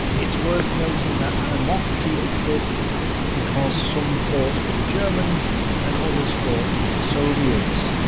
it's worth noting that animosity exists because some fought for the germans and others fought for the soviets.